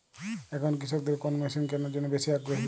এখন কৃষকদের কোন মেশিন কেনার জন্য বেশি আগ্রহী?